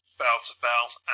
bell-to-bell